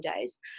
days